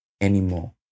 anymore